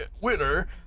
winner